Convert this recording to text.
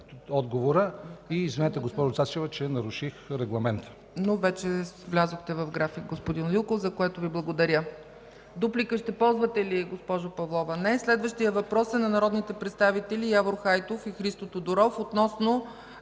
отговора. Извинете, госпожо Цачева, че наруших регламента. ПРЕДСЕДАТЕЛ ЦЕЦКА ЦАЧЕВА: Но вече влязохте в график, господин Лилков, за което Ви благодаря. Дуплика ще ползвате ли, госпожо Павлова? Не. Следващият въпрос е на народните представители Явор Хайтов и Христо Тодоров относно